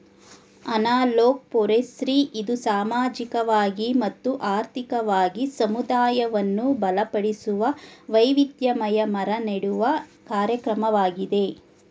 analog forestry ಇದು ಸಾಮಾಜಿಕವಾಗಿ ಮತ್ತು ಆರ್ಥಿಕವಾಗಿ ಸಮುದಾಯವನ್ನು ಬಲಪಡಿಸುವ, ವೈವಿಧ್ಯಮಯ ಮರ ನೆಡುವ ಕಾರ್ಯಕ್ರಮವಾಗಿದೆ